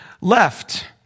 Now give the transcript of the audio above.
left